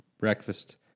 breakfast